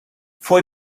fue